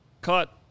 cut